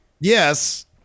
yes